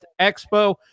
Expo